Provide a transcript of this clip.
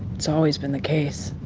it's always been the case.